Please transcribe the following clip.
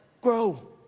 grow